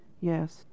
Yes